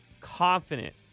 confident